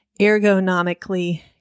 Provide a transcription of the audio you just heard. ergonomically